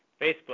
Facebook